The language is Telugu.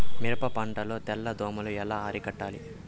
మిరప పంట లో తెల్ల దోమలు ఎలా అరికట్టాలి?